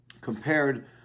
compared